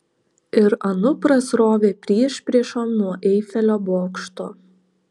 ir anupras rovė priešpriešom nuo eifelio bokšto